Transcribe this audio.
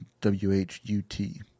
W-H-U-T